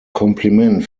kompliment